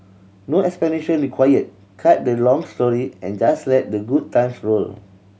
no explanation required cut the long story and just let the good times roll